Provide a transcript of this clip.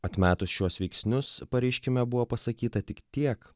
atmetus šiuos veiksnius pareiškime buvo pasakyta tik tiek